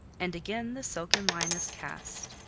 and again the silken line is cast,